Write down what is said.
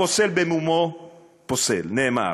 חברות וחברי הכנסת, הפוסל במומו פוסל, נאמר.